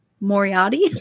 Moriarty